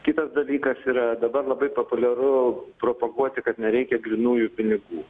kitas dalykas yra dabar labai populiaru propaguoti kad nereikia grynųjų pinigų